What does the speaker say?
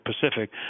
Pacific